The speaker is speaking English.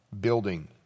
building